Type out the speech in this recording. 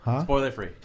Spoiler-free